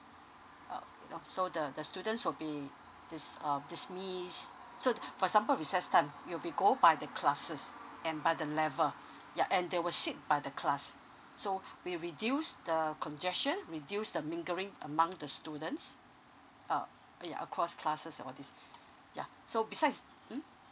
uh uh so the the students will be dis~ um dismiss so for example recess time it will be go by the classes and by the level ya and they will sit by the class so we reduce the congestion reduce the mingling among the students uh ya across classes or this ya so besides mm